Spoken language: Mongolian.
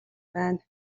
байна